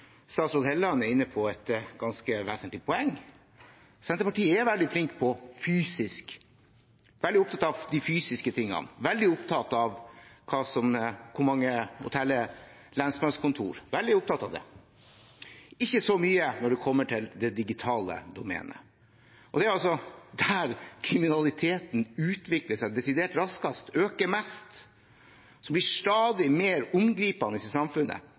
statsråd Hofstad Helleland er inne på et ganske vesentlig poeng: Senterpartiet er veldig opptatt av de fysiske tingene og veldig opptatt av å telle lensmannskontorer – veldig opptatt av det – men ikke så mye når det kommer til det digitale domenet. Det er der kriminaliteten utvikler seg desidert raskest og øker mest. Det blir stadig mer omgripende i samfunnet.